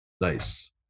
Nice